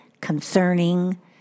concerning